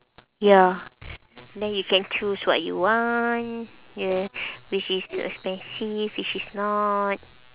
ya then you can choose what you want yeah which is expensive which is not